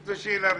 זו שאלה ראשונה.